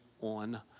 on